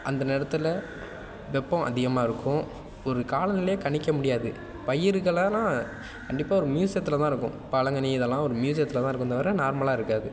அந்த நேரத்தில் வெப்பம் அதிகமாக இருக்கும் ஒரு கால நிலையே கணிக்க முடியாது பயிருக்கெல்லாம் னா கண்டிப்பாக ஒரு மியூசித்தில் தான் இருக்கும் பழம் கனி இதெல்லாம் ஒரு மியூசியத்தில் தான் இருக்கும் தவிர நார்மலாக இருக்காது